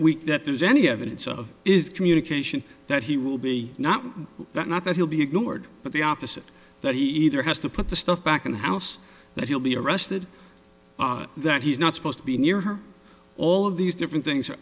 week that there's any evidence of is communication that he will be not that not that he'll be ignored but the opposite that he either has to put the stuff back in the house that he'll be arrested that he's not supposed to be near her all of these different things are